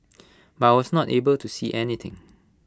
but I was not able to see anything